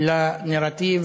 לנרטיב